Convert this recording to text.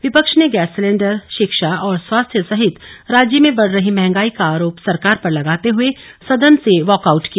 विपक्ष ने gas cylinder शिक्षा और स्वास्थ्य सहित राज्य में बढ़ रही मंहगाई का आरोप सरकार पर लगाते हुए सदन से वॉकआउट किया